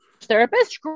therapist